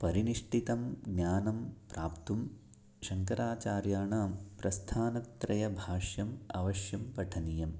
परिनिष्ठितं ज्ञानं प्राप्तुं शङ्कराचार्याणां प्रास्थानत्रयभाष्यम् अवश्यं पठनीयं